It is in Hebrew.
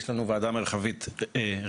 יש לנו ועד מרחבית רגילה,